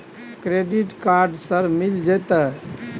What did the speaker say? Credit card sir मिल जेतै?